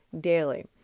daily